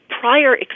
prior